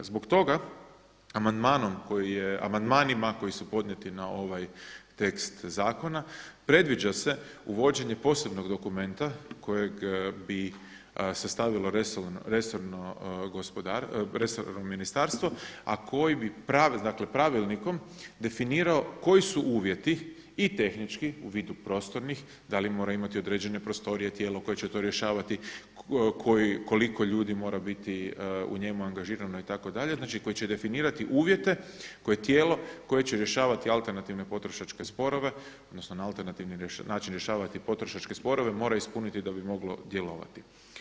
Zbog toga amandmanima koji su podnijeti na ovaj tekst zakona predviđa se uvođenje posebnog dokumenta kojeg bi sastavilo resorno ministarstvo, a koji bi, dakle pravilnikom definirao koji su uvjeti i tehnički u vidu prostornih, da li moraju imati određene prostorije tijelo koje će to rješavati, koliko ljudi mora biti u njemu angažirano itd., znači koji će definirati uvjete koje tijelo koje će rješavati alternativne potrošačke sporove odnosno alternativni način rješavati potrošačke sporove, mora ispuniti da bi moglo djelovati.